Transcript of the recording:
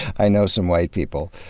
i know some white people.